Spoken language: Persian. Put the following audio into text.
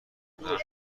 نگاه